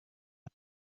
had